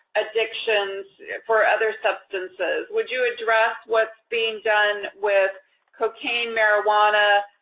addictions for other substances? would you address what's being done with cocaine, marijuana,